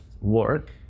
work